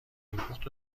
پخت